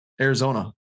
Arizona